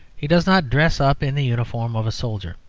he does not dress up in the uniform of a soldier.